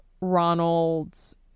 Ronald's